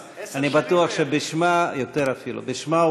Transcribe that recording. אז אני בטוח שבשמה, עשר שנים